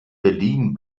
berlin